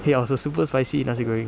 !hey! it was a super spicy nasi goreng